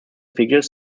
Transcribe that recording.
figures